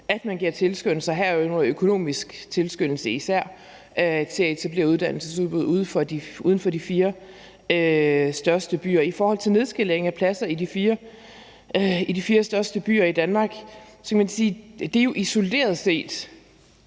at man giver tilskyndelse, herunder især økonomisk tilskyndelse, til at etablere uddannelsesudbud uden for de fire største byer. I forhold til nedskalering af pladser i de fire største byer i Danmark kan man sige, at det jo isoleret set